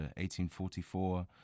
1844